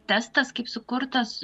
testas kaip sukurtas